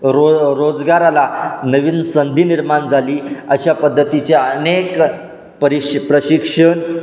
row रोजगाराला नवीन संधी निर्माण झाली अशा पद्धतीचे अनेक परिश प्रशिक्षण